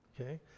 Okay